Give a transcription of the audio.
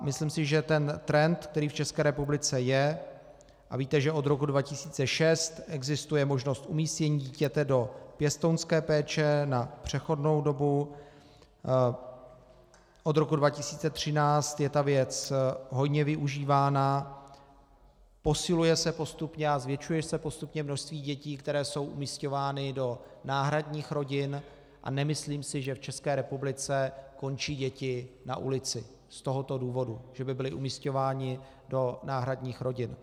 Myslím si, že trend, který v České republice je, a víte, že od roku 2006 existuje možnost umístění dítěte do pěstounské péče na přechodnou dobu, od roku 2013 je tato věc hojně využívána, posiluje se postupně a zvětšuje se postupně množství dětí, které jsou umísťovány do náhradních rodin, a nemyslím si, že v České republice končí děti na ulici z tohoto důvodu, že by byly umísťovány do náhradních rodin.